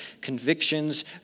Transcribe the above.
convictions